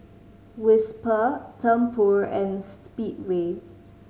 Whisper Tempur and Speedway